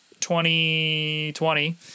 2020